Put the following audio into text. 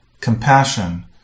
Compassion